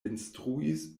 instruis